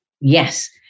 Yes